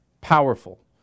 powerful